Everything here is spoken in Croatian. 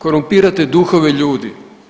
Korumpirate duhove ljudi.